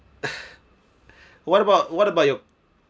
what about what about your